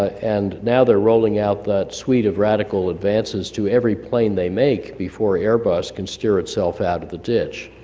and now they're rolling out that suite of radical advances to every plane they make before airbus can steer itself out of the ditch.